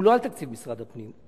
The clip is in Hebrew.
הוא לא על תקציב משרד הפנים,